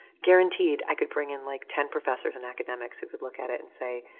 guaranteed i could bring in, like, ten professors and academics who could look at it and say,